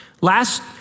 Last